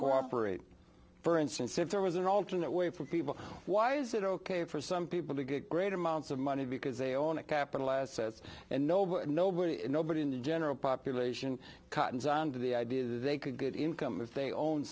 cooperate for instance if there was an alternate way for people why is it ok for some people to get great amounts of money because they own a capital assets and nobody nobody nobody in the general population cottons onto the idea that they could get income if they own